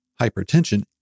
hypertension